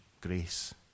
grace